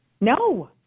No